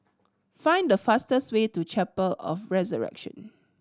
find the fastest way to Chapel of the Resurrection